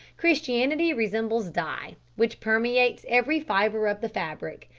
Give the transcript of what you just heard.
christianity resembles dye, which permeates every fibre of the fabric,